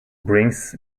brings